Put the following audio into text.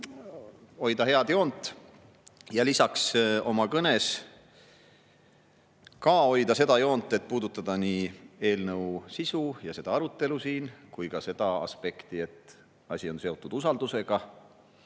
hoida head joont ja lisaks oma kõnes samuti hoida seda joont, et puudutada nii eelnõu sisu ja seda arutelu siin kui ka seda aspekti, et asi on seotud usaldusega.